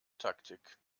taktik